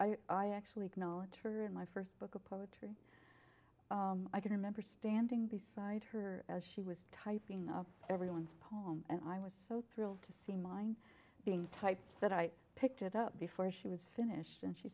think i actually knowledge her in my first book of poetry i can remember standing beside her as she was typing up everyone's poem and i was so thrilled to see mine being typed that i picked it up before she was finished and she